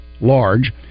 large